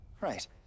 right